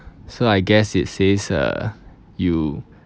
so I guess it says uh you